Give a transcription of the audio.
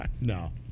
No